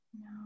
No